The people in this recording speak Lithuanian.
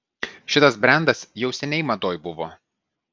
šitas brendas jau seniai madoj buvo